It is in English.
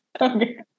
Okay